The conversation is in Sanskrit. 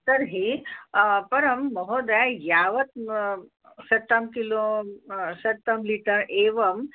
तर्हि परं महोदया यावत् शतं किलो शतं लिटर् एवम्